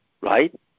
right